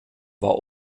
war